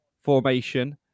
formation